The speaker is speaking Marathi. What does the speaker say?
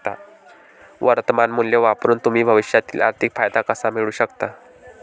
वर्तमान मूल्य वापरून तुम्ही भविष्यातील आर्थिक फायदा कसा मिळवू शकता?